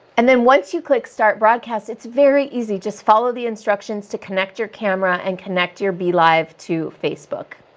and then once you click start broadcast, it's very easy just follow the instructions to connect your camera and connect your be live to facebook.